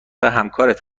همکارت